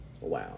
Wow